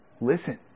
listen